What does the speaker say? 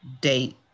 date